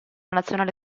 nazionale